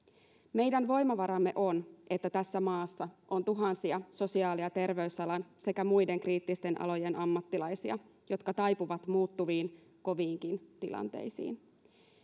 meidän voimavaramme on että tässä maassa on tuhansia sosiaali ja terveysalan sekä muiden kriittisten alojen ammattilaisia jotka taipuvat muuttuviin koviinkin tilanteisiin